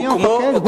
מי המפקד?